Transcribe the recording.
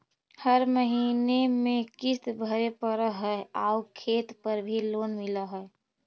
हर महीने में किस्त भरेपरहै आउ खेत पर भी लोन मिल है?